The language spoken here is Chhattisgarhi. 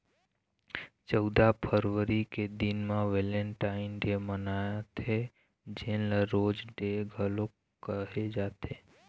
चउदा फरवरी के दिन म वेलेंटाइन डे मनाथे जेन ल रोज डे घलोक कहे जाथे